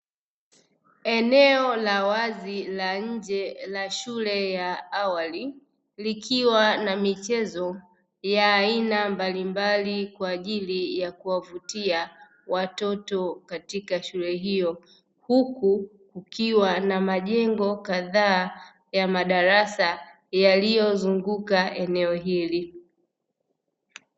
Eneo la wazi la nje la shule ya awali, likiwa na michezo ya aina mbalimbali kwa ajili ya kuwavutia watoto katika shule hiyo, huku kukiwa na majengo kadhaa ya madarasa yaliyozunguka eneo hili.